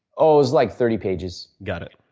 ah it was like thirty pages. got it.